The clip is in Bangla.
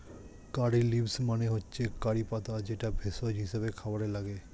কারী লিভস মানে হচ্ছে কারি পাতা যেটা ভেষজ হিসেবে খাবারে লাগে